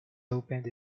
opened